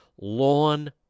lawn